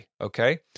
okay